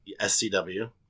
SCW